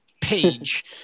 page